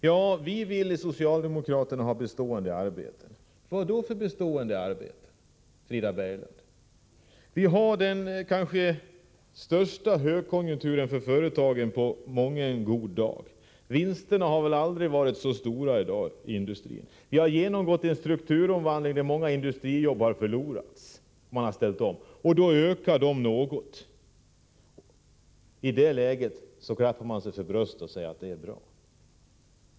Socialdemokraterna påstår sig vilja ha bestående arbeten. Vad då för bestående arbeten, Frida Berglund? Vi har den kanske gynnsammaste högkonjunkturen för företagen på mången god dag. Vinsterna har väl aldrig varit så stora som i dag i industrin. Vi har genomgått en strukturomvandling under vilken många industriarbeten har förlorats. Nu ökar antalet sysselsatta något, kanske med 30 000 35 000 personer. I det läget klappar regeringen sig för bröstet och säger att det är bra.